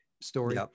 story